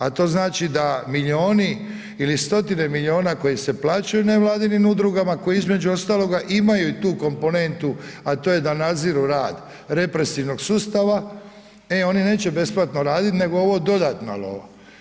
A to znači da milijuni ili stotine milijuna koji se plaćaju ne vladinim udrugama koje između ostaloga imaju i tu komponentu a to je da nadziru rad represivnog sustava e oni neće besplatno raditi nego ovo je dodatna lova.